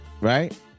Right